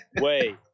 Wait